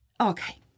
Okay